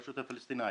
ברשות הפלסטינית.